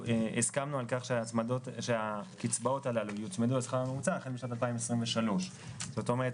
הסכמנו שהקצבאות הללו יוצמדו לשכר הממוצע החל משנת 2023. זאת אומרת,